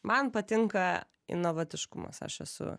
man patinka inovatiškumas aš esu